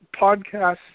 podcast